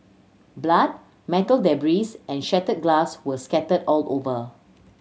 blood metal debris and shattered glass were scattered all over